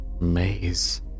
maze